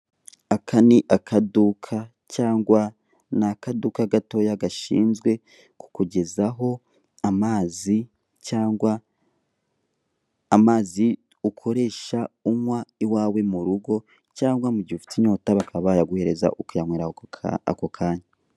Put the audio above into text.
Aka ni akaduka cyangwa ni akaduka gatoya gashinzwe kukugezaho amazi cyangwa amazi ukoresha unywa iwawe mu rugo cyangwa mu gihe ufite inyota bakaba bayaguhereza ukayanywera aho ako kanya.